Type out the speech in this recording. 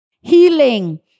healing